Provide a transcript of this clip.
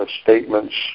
statements